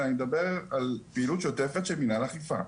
אלא אני מדבר על פעילות שוטפת של מנהל האכיפה.